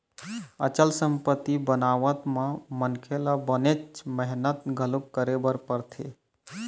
अचल संपत्ति बनावत म मनखे ल बनेच मेहनत घलोक करे बर परथे